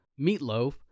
Meatloaf